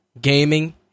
gaming